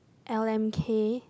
L_M_K